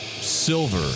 silver